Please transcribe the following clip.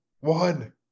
One